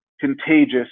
contagious